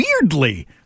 weirdly